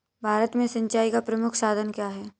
भारत में सिंचाई का प्रमुख साधन क्या है?